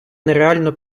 нереально